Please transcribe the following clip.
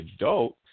adult